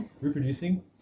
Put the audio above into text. reproducing